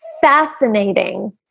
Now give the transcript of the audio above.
fascinating